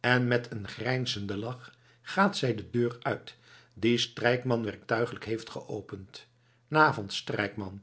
en met een grijnzenden lach gaat zij de deur uit die strijkman werktuiglijk heeft geopend n'avend strijkman